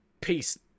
peace